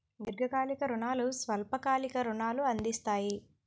దీర్ఘకాలిక రుణాలు స్వల్ప కాలిక రుణాలు అందిస్తాయి